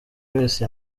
grace